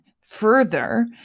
further